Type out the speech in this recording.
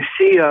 see